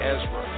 Ezra